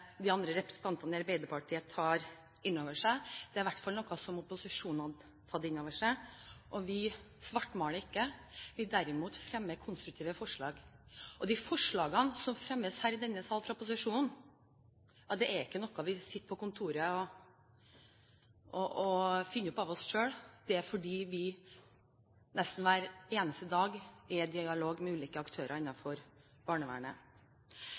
de andre representantene i Arbeiderpartiet tar inn over seg. Det er i hvert fall noe opposisjonen har tatt inn over seg, og vi svartmaler ikke. Vi fremmer derimot konstruktive forslag. Forslagene som fremmes her i denne sal fra opposisjonen, er ikke noe vi sitter på kontoret og finner på av oss selv, men de kommer fordi vi nesten hver eneste dag er i dialog med ulike aktører innenfor barnevernet.